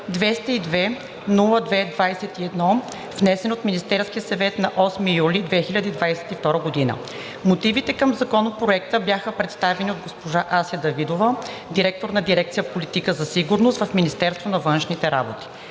47-202-02-21, внесен от Министерския съвет на 8 юли 2022 г. Мотивите към Законопроекта бяха представени от госпожа Ася Давидова, директор на дирекция „Политика за сигурност“ в Министерството на външните работи.